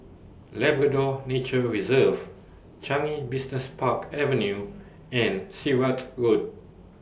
Labrador Nature Reserve Changi Business Park Avenue and Sirat Road